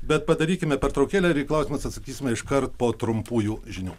bet padarykime pertraukėlę ir į klausimus atsakysime iškart po trumpųjų žinių